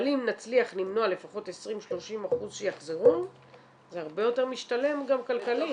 אבל אם נצליח למנוע לפחות 30%-20% שיחזרו זה הרבה יותר משתלם גם כלכלית.